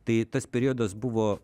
tai tas periodas buvo